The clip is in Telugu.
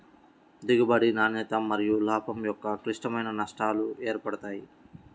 దిగుబడి, నాణ్యత మరియులాభం యొక్క క్లిష్టమైన నష్టాలు ఏర్పడతాయి